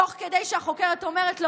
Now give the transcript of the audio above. תוך כדי שהחוקרת אומרת לו: